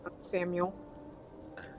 Samuel